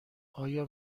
آیا